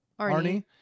Arnie